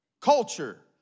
Culture